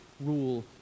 rule